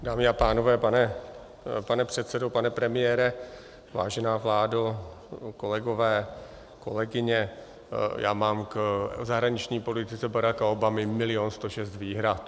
Dámy a pánové, pane předsedo, pane premiére, vážená vládo, kolegové, kolegyně, já mám k zahraniční politice Baracka Obamy milion sto šest výhrad.